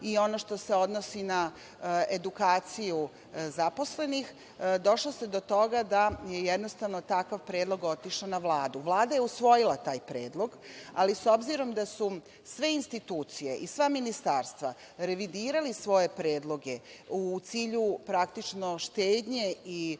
i ono što se odnosi na edukaciju zaposlenih, došlo se do toga da jednostavno takav predlog otišao na Vladu. Vlada je usvojila taj predlog, ali s obzirom da su sve institucije i sva ministarstva revidirali svoje predloge u cilju, praktično, štednje i